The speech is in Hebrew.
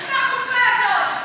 מה זו החוצפה הזאת?